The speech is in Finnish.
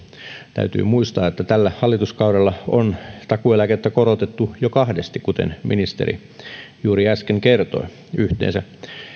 täytyy muistaa että tällä hallituskaudella on takuueläkettä korotettu jo kahdesti kuten ministeri juuri äsken kertoi yhteensä